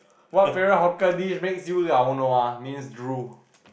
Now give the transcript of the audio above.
what favorite hawker dish makes you laonua means drool